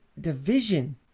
division